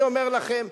אני אומר לכם,